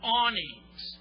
awnings